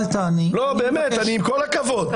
אני אומר, אני לא יודע, בכותרות האלה אני לא מבין.